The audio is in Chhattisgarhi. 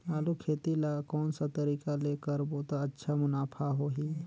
आलू खेती ला कोन सा तरीका ले करबो त अच्छा मुनाफा होही?